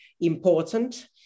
important